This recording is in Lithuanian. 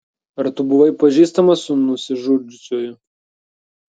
ar tu buvai pažįstamas su nusižudžiusiuoju